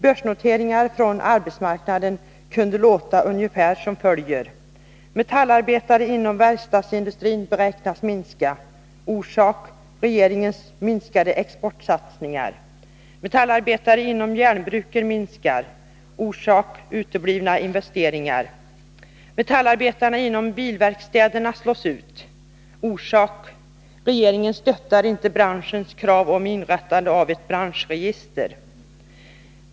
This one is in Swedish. Börsnoteringarna kunde låta ungefär som följer: Orsak: regeringen stöttar inte branschens krav om inrättande av ett branschregister.